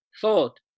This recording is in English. thought